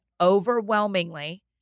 overwhelmingly